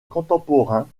contemporain